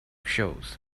shows